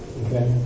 okay